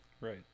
Right